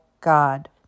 God